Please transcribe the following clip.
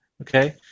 Okay